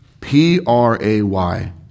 P-R-A-Y